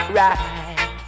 right